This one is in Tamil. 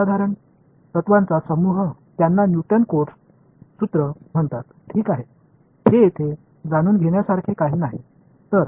ஆனால் இந்த பொதுவான கொள்கைகளின் தொகுப்புகள் நியூட்டன் கோட்ஸ் விதி என்று அழைக்கப்படுகின்றன இது தெரிந்து கொள்ள வேண்டிய கட்டாயம் ஒன்றுமில்லை